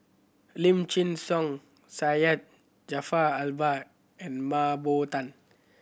Lim Chin Siong Syed Jaafar Albar and Mah Bow Tan